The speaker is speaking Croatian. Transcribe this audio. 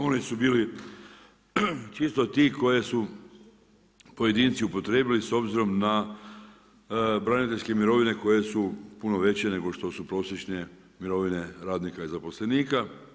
Oni su bili čisto ti koje su pojedinci upotrijebili s obzirom na braniteljske mirovine koje su puno veće nego što su prosječne mirovine radnika i zaposlenika.